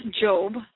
Job